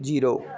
zero